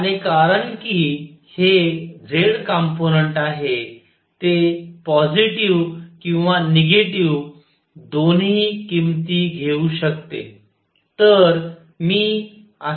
आणि कारण कि हे z कंपोनंन्ट आहे ते पॉजिटीव्ह किंवा निगेटिव्ह दोन्ही किमती घेऊ शकते